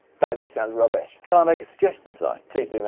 that just sounds rubbish. can i make a suggestion si? please do,